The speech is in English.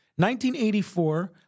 1984